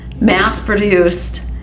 mass-produced